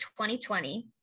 2020